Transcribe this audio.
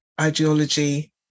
ideology